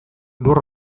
lur